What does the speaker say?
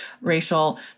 racial